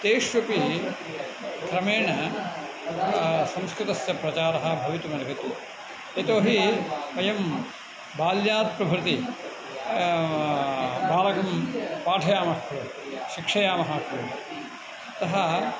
तेष्वपि क्रमेण संस्कृतस्य प्रचारः भवितुमर्हति यतो हि वयं बाल्यात् प्रभृति बालकं पाठयामः खलु शिक्षयामः खलु अतः